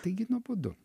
taigi nuobodu